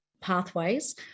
pathways